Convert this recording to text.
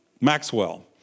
Maxwell